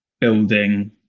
building